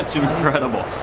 incredible.